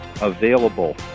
available